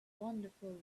wonderful